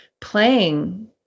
playing